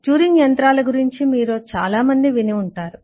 Turing యంత్రాల గురించి మీలో చాలా మంది విని ఉంటారు